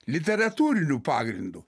literatūriniu pagrindu